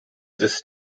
this